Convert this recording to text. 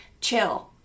chill